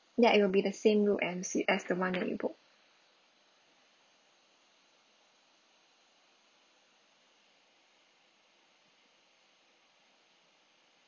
that will be the same room as as the one that you booked